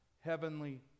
heavenly